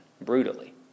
brutally